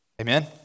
Amen